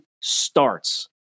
starts